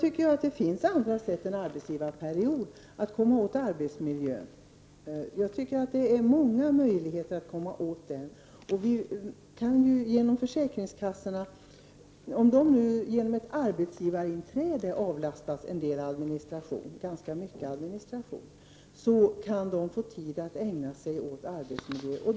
Det finns många andra sätt än arbetsgivarperiod att komma åt arbetsmiljön. Om försäkringskassorna nu genom ett arbetsgivarinträde avlastas ganska mycket administration kan de få tid att ägna sig åt arbetsmiljön.